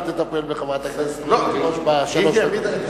אל תטפל בחברת הכנסת תירוש בשלוש דקות,